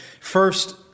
first